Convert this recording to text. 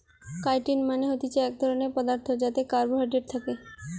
chitin মানে হতিছে এক ধরণের পদার্থ যাতে কার্বোহাইড্রেট থাকে